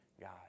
God